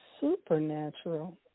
supernatural